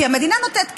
כי המדינה נותנת כסף,